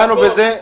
דנו בזה.